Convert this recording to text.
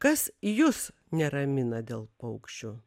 kas jus neramina dėl paukščių